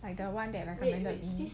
like the one that I recommended